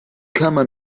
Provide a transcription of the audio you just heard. kammer